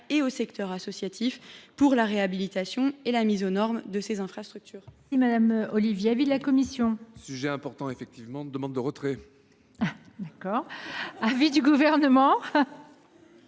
et au secteur associatif pour la réhabilitation et la mise aux normes de leurs infrastructures.